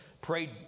prayed